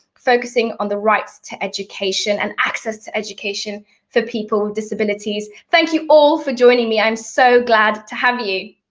focusing on the rights to education and access to education for people with disabilities. thank you all for joining me, i am so glad to have you.